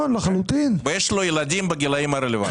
ויש לו ילדים בגילאים הרלוונטיים.